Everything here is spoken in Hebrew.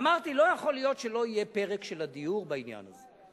אמרתי: לא יכול להיות שלא יהיה פרק של הדיור בעניין הזה.